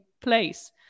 place